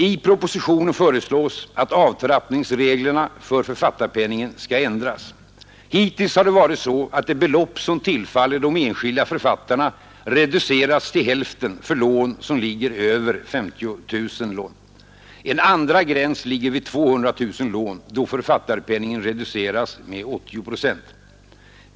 I propositionen föreslås att avtrappningsreglerna för författarpenningen skall ändras. Hittills har det varit så att de belopp som tillfaller de enskilda författarna reducerats till hälften när antalet lån ligger över 50 000. En andra gräns ligger vid 200 000 lån, då författarpenningen reduceras med 80 procent.